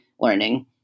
learning